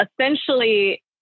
essentially